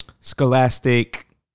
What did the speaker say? scholastic